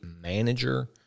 manager